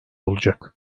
olacak